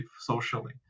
socially